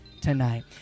tonight